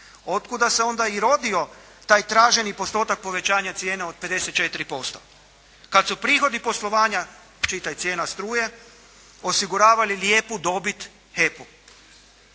otkuda se onda i rodio taj traženi postotak povećanja cijena od 54%, kad su prihodi poslovanja čitaj cijena struje osigurali lijepu dobit HEP-u.